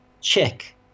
Check